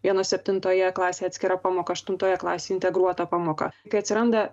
vienos septintoje klasėje atskira pamoka aštuntoje klasėje integruota pamoka kai atsiranda